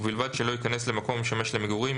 ובלבד שלא ייכנס למקום המשמש למגורים,